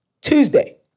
Tuesday